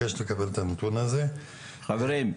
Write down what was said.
חברים,